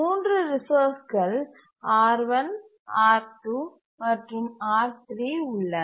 3 ரிசோர்ஸ்கள் R1 R2 மற்றும் R3 உள்ளன